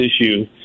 issue